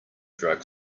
drug